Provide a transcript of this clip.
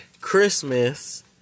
Christmas